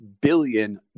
billion